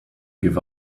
give